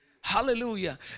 Hallelujah